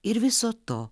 ir viso to